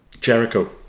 Jericho